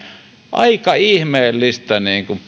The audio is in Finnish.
aika ihmeellistä